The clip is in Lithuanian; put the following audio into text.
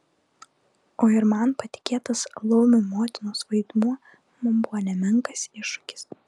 o ir man patikėtas laumių motinos vaidmuo man buvo nemenkas iššūkis